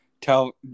tell